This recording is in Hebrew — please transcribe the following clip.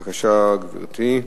בבקשה, גברתי.